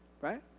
Right